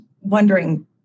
wondering